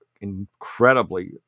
incredibly